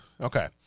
Okay